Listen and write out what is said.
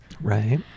Right